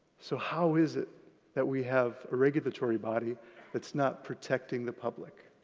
so how is it that we have a regulatory body that's not protecting the public?